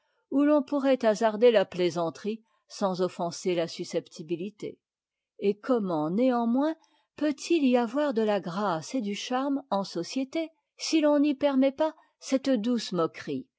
où l'on pourrait hasarder la plaisanterie sans offenser la susceptibilité et comment neanmoms peut-il y avoir de la grâce et du charme en société si l'on n'y permet pas cette douce moquerie